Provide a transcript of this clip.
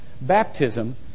baptism